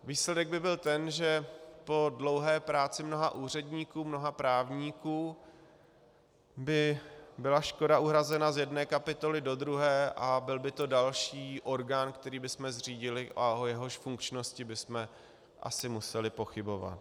Výsledek by byl ten, že po dlouhé práci mnoha úředníků, mnoha právníků by byla škoda uhrazena z jedné kapitoly do druhé a byl by to další orgán, který bychom zřídili a o jehož funkčnosti bychom asi museli pochybovat.